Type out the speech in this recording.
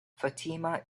fatima